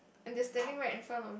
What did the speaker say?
and they are standing right in front of